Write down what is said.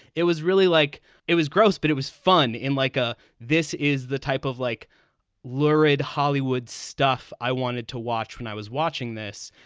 it was really like it was gross, but it was fun inlike. ah this is the type of like lurid hollywood stuff i wanted to watch when i was watching this,